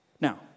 Now